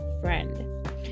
friend